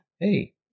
Hey